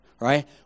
right